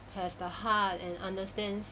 has the heart and understands